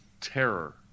terror